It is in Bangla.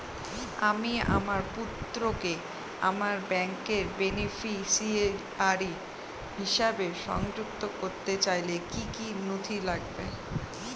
আমি আমার পুত্রকে আমার ব্যাংকের বেনিফিসিয়ারি হিসেবে সংযুক্ত করতে চাইলে কি কী নথি লাগবে?